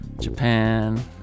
Japan